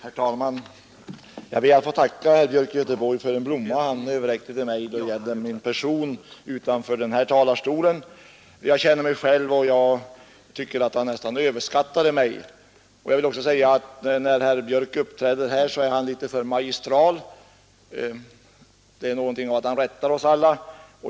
Herr talman! Jag ber att få tacka herr Björk i Göteborg för den blomma han överräckte till mig då det gällde min person utanför den här talarstolen Jag känner mig själv och tycker att han nästan överskattade mig. När herr Björk uppträder här är han litet för magistral och rättar oss alla.